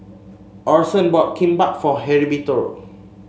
Orson bought Kimbap for Heriberto